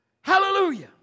Hallelujah